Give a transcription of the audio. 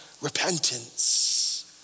repentance